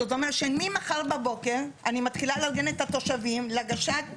זאת אומרת שממחר בבוקר אני מתחילה לארגן את התושבים להגשת